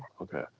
Okay